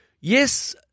yes